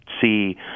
see